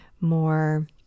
more